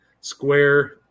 Square